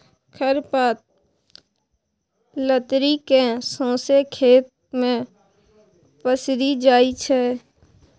खर पात लतरि केँ सौंसे खेत मे पसरि जाइ छै